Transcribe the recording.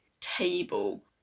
table